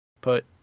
put